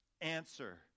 answer